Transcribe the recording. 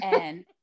and-